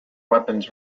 weapons